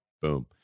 Boom